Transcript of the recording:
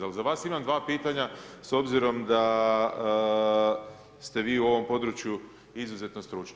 Ali za vas imam dva pitanja s obzirom da ste vi u ovom području izuzetno stručni.